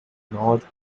north